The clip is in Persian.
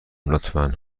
لطفا